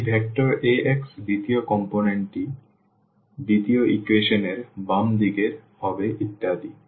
এই vector Ax দ্বিতীয় উপাদানটি দ্বিতীয় ইকুয়েশন এর বাম দিকের হবে ইত্যাদি